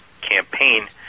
campaign